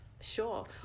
sure